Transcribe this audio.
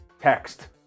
text